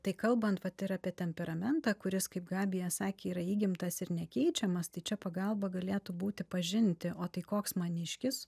tai kalbant vat ir apie temperamentą kuris kaip gabija sakė yra įgimtas ir nekeičiamas tai čia pagalba galėtų būti pažinti o tai koks maniškis